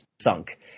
sunk